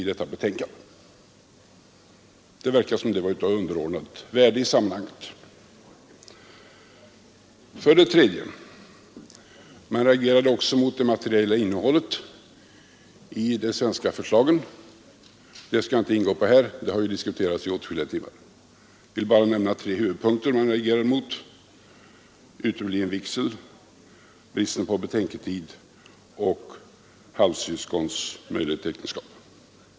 Det verkade som om detta var av underordnat värde i sammanhanget. För det tredje: Man reagerade också mot det materiella innehållet i de svenska förslagen. Detta skall jag inte ingå på här — det har ju diskuterats i åtskilliga timmar. Jag vill bara nämna tre huvudpunkter som man reagerade emot: utebliven vigsel, bristen på betänketid och halvsyskons möjlighet till äktenskap.